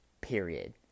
Period